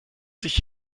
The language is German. sich